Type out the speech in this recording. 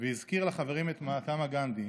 והזכיר לחברים את מהטמה גנדי,